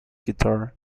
guitar